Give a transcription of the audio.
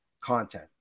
content